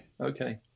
okay